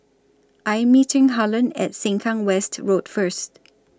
I Am meeting Harland At Sengkang West Road First